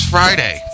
Friday